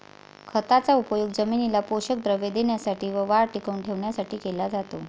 खताचा उपयोग जमिनीला पोषक द्रव्ये देण्यासाठी व वाढ टिकवून ठेवण्यासाठी केला जातो